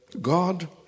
God